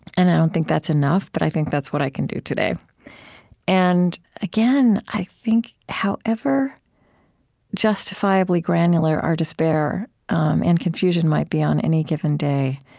and i don't think that's enough, but i think that's what i can do today and again, i think, however justifiably granular our despair um and confusion might be on any given day,